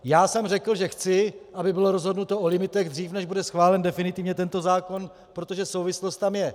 Já jsem řekl, že chci, aby bylo rozhodnuto o limitech dřív, než bude schválen definitivně tento zákon, protože souvislost tam je.